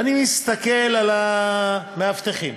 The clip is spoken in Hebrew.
ואני מסתכל על המאבטחים